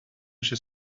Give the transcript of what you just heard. she